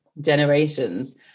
generations